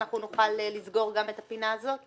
אנחנו נוכל לסגור גם את הפינה הזאת?